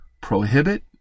prohibit